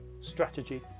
strategy